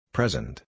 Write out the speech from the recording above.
Present